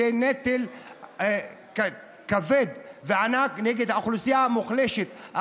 זה נטל כבד וענק על האוכלוסייה המוחלשת,